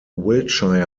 wiltshire